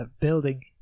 building